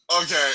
Okay